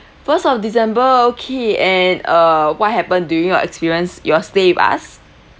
first of december okay and uh what happened during your experience your stay with us